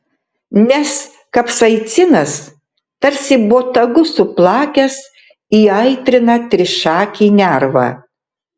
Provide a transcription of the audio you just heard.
nes kapsaicinas tarsi botagu suplakęs įaitrina trišakį nervą